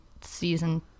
season